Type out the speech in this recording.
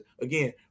Again